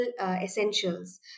essentials